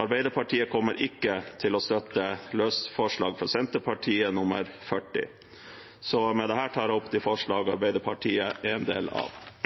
Arbeiderpartiet kommer ikke til å støtte løst forslag fra Senterpartiet, nr. 40. Med dette tar jeg opp det forslaget Arbeiderpartiet er en del av.